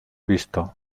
visto